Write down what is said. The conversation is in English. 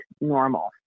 normal